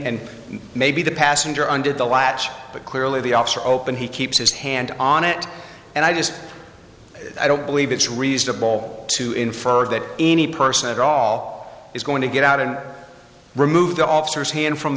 and maybe the passenger undid the latch but clearly the officer opened he keeps his hand on it and i just i don't believe it's reasonable to infer that any person at all is going to get out and remove the officers hand from